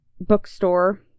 bookstore